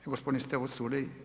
Gospodin Stevo Culej.